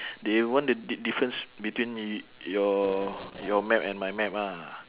they want the di~ difference between y~ your your map and my map ah